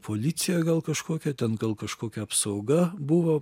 policija gal kažkokia ten gal kažkokia apsauga buvo